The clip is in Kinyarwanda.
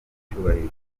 cyubahiro